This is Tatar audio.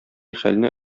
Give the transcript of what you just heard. хәлне